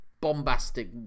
bombastic